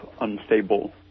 unstable